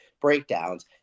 breakdowns